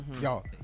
y'all